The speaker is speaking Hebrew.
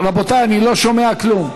רבותיי, אני לא שומע כלום.